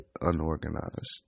unorganized